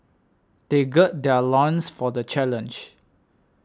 they gird their loins for the challenge